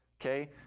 Okay